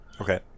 okay